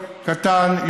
קטן,